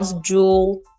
jewel